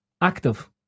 active